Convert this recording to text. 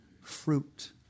fruit